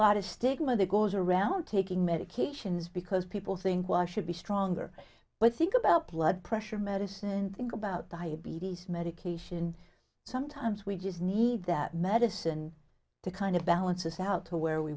lot of stigma that goes around taking medications because people think why should be stronger but think about blood pressure medicine think about diabetes medication some times we just need that medicine to kind of balances out to where we